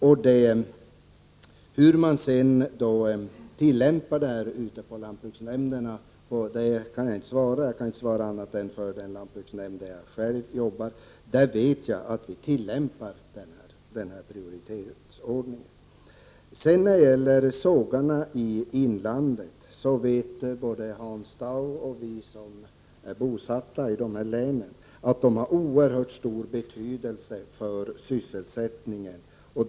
Jag kan inte svara på hur man tillämpar denna prioritering på lantbruksnämnderna. Jag kan endast svara för den lantbruksnämnd där jag själv arbetar. Där vet jag att denna prioriteringsordning tillämpas. När det gäller sågarna i inlandet vet både Hans Dau och vi som är bosatta i dessa län att de har oerhört stor betydelse för sysselsättningen.